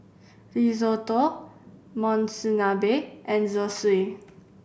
Risotto Monsunabe and Zosui